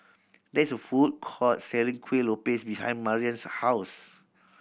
there is a food court selling Kuih Lopes behind Marian's house